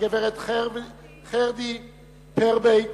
הגברת חרדי פרביט,